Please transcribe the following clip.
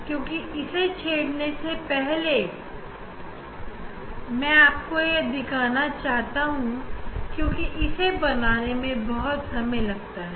लेकिन ऐसा करने से पहले मैं आपको स्पेक्ट्रा दिखा देता हूं क्योंकि इसे बनाने में बहुत समय लगता है